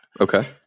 Okay